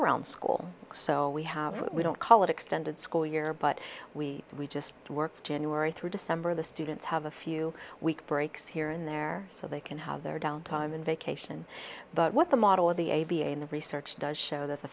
year round school so we have we don't call it extended school year but we we just work january through december the students have a few week breaks here and there so they can have their downtime in vacation but what the model of the a b a in the research does show that the